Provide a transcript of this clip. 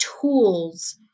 tools